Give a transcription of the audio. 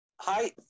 Hi